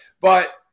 but-